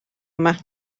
yma